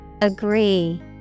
Agree